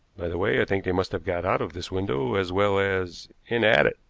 by the way, i think they must have got out of this window as well as in at it.